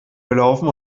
gelaufen